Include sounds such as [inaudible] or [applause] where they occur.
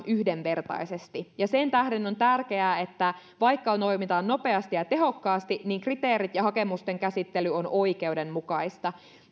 [unintelligible] yhdenvertaisesti ja sen tähden on tärkeää että vaikka toimitaan nopeasti ja tehokkaasti niin kriteerit ja hakemusten käsittely ovat oikeudenmukaisia